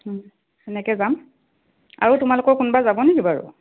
সেনেকৈ যাম আৰু তোমালোকৰ কোনোবা যাব নেকি বাৰু